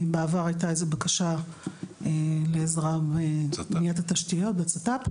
בעבר הייתה איזו בקשה לעזרה בבניית התשתיות בצת״פ.